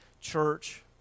church